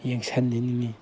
ꯌꯦꯡꯁꯤꯟꯍꯟꯅꯤꯡꯉꯤ